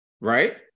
right